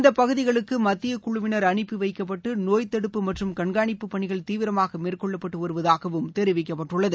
இந்த பகுதிகளுக்கு மத்திய குழுவினர் அனுப்பி வைக்கப்பட்டு நோய் தடுப்பு மற்றும் கண்கானிப்பு பணிகள் தீவிரமாக மேற்கொள்ளப்பட்டு வருவதாக தெரிவிக்கப்பட்டுள்ளது